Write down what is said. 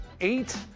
eight